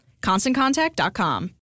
ConstantContact.com